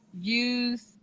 use